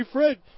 Fred